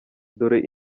dore